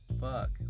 Fuck